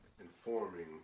informing